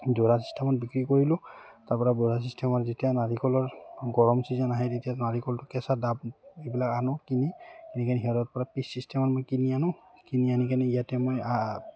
যোৰা চিষ্টেমত বিক্ৰী কৰিলোঁ তাৰপৰা চিষ্টেমত যেতিয়া নাৰিকলৰ গৰম ছিজন আহে তেতিয়া নাৰিকলটো কেঁচা ডাব এইবিলাক আনো কিনি কিনি সিহঁতৰপৰা পিচ চিষ্টেমত মই কিনি আনো কিনি আনি কিনে ইয়াতে মই